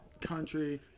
country